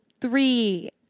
three